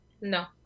No